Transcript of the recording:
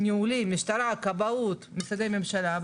הניהולי משטרה, כבאות, משרדי ממשלה.